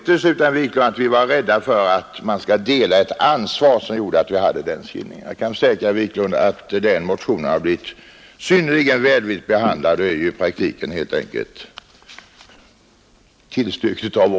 Torsdagen den Jag kan försäkra herr Wiklund att motionen blivit synnerligen välvilligt 27 april 1972